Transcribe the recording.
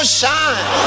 shine